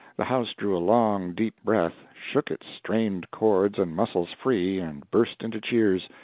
the house drew a long, deep breath, shook its strained cords and muscles free and burst into cheers.